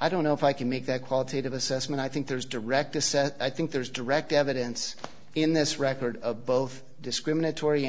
i don't know if i can make that qualitative assessment i think there's direct to set i think there's direct evidence in this record of both discriminatory